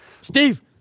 Steve